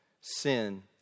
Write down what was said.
sin